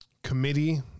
committee